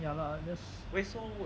ya lah that's